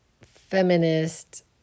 feminist